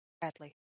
Bradley